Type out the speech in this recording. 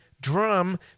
drum